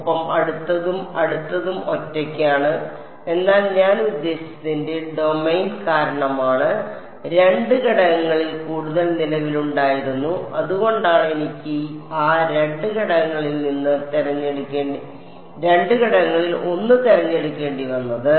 ഒപ്പം അടുത്തതും അടുത്തതും ഒറ്റയ്ക്കാണ് എന്നാൽ ഞാൻ ഉദ്ദേശിച്ചത് ന്റെ ഡൊമെയ്ൻ കാരണമാണ് 2 ഘടകങ്ങളിൽ കൂടുതൽ നിലവിലുണ്ടായിരുന്നു അതുകൊണ്ടാണ് എനിക്ക് ആ രണ്ട് ഘടകങ്ങളിൽ ഒന്ന് തിരഞ്ഞെടുക്കേണ്ടി വന്നത്